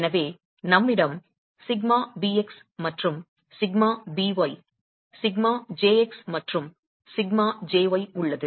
எனவே நம்மிடம் σbx மற்றும் σby σjx மற்றும் σjy உள்ளது